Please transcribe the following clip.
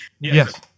Yes